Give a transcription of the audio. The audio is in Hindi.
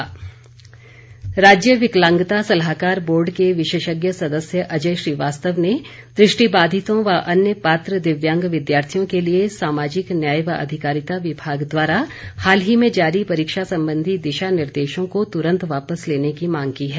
मांग राज्य विकलांगता सलाहकार बोर्ड के विशेषज्ञ सदस्य अजय श्रीवास्तव ने दृष्टिबाधितों व अन्य पात्र दिव्यांग विद्यार्थियों के लिए सामाजिक न्याय व अधिकारिता विभाग द्वारा हाल ही में जारी परीक्षा संबंधी दिशा निर्देशों को तुरंत वापस लेने की मांग की है